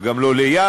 גם לא ליד.